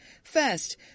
First